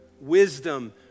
Wisdom